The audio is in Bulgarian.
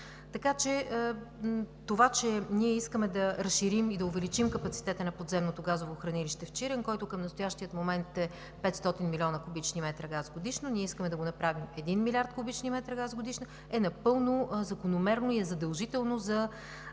Така че това, че ние искаме да разширим и увеличим капацитета на подземното газово хранилище в Чирен, който към настоящия момент е 500 милиона кубични метра газ годишно, ние искаме да го направим 1 милиард кубични метра газ годишно, е напълно закономерно и е задължително за